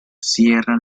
sierra